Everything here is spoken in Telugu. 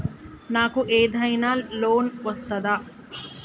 నాకు ఏదైనా లోన్ వస్తదా?